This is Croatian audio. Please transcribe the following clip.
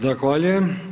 Zahvaljujem.